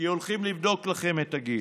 כי הולכים לבדוק לכם את הגיל.